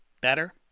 better